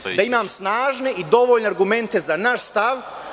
Mislim da imam snažne i dovoljne argumente za naš stav.